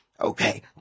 Okay